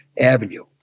Avenue